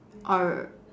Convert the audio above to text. or